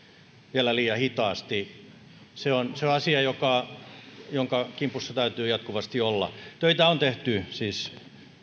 vielä liian hitaasti se on asia jonka kimpussa täytyy jatkuvasti olla töitä on tehty siis